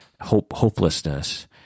hopelessness